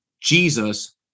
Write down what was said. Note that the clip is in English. jesus